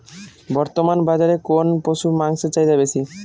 বর্তমান বাজারে কোন পশুর মাংসের চাহিদা বেশি?